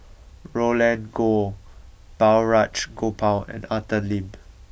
Roland Goh Balraj Gopal and Arthur Lim